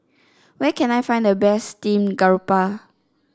where can I find the best Steam Garoupa